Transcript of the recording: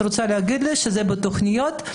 את תגידי לי שזה 10% בתוכניות?